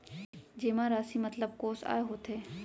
जेमा राशि मतलब कोस आय होथे?